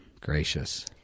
gracious